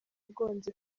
yagonze